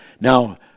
Now